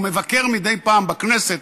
הוא מבקר מדי פעם בכנסת,